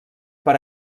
per